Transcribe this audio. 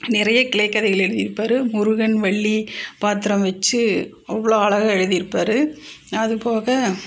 நிறைய கிளைக் கதைகள் எழுதியிருப்பாரு முருகன் வள்ளி பாத்திரம் வச்சு அவ்வளோ அழகாக எழுதியிருப்பாரு அதுபோக